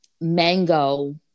mango